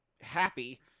happy